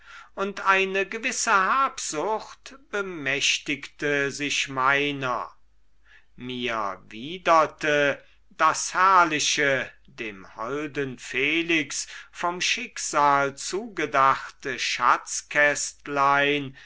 und eine gewisse habsucht bemächtigte sich meiner mir widerte das herrliche dem holden felix vom schicksal zugedachte schatzkästlein